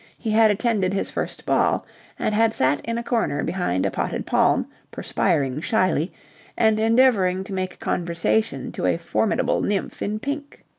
he had attended his first ball and had sat in a corner behind a potted palm perspiring shyly and endeavouring to make conversation to a formidable nymph in pink.